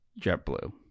JetBlue